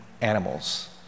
animals